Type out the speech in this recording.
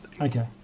Okay